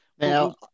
Now